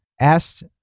asked